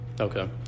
okay